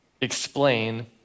explain